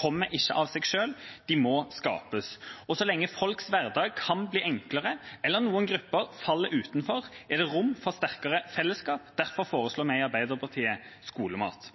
kommer ikke av seg selv, de må skapes, og så lenge folks hverdag kan bli enklere, eller noen grupper faller utenfor, er det rom for sterkere fellesskap. Derfor foreslår vi i Arbeiderpartiet skolemat.